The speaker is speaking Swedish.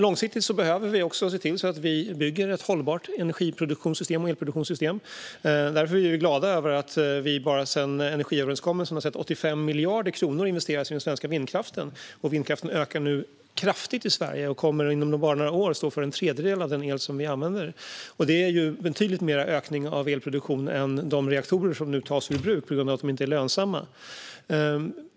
Långsiktigt behöver vi se till att bygga ett hållbart energi och elproduktionssystem. Därför är vi glada över att vi bara sedan energiöverenskommelsen har sett 85 miljarder kronor investeras i den svenska vindkraften. Vindkraften ökar nu kraftigt i Sverige och kommer inom bara några år att stå för en tredjedel av den el som vi använder. Det är en betydligt större ökning av elproduktion än vad som produceras av de reaktorer som nu tas ur bruk på grund av att de inte är lönsamma.